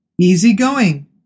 Easygoing